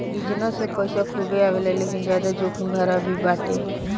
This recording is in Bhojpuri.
विजनस से पईसा खूबे आवेला लेकिन ज्यादा जोखिम भरा भी बाटे